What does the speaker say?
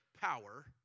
power